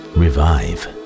revive